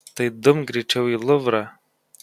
tai dumk greičiau į luvrą